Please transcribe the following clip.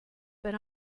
but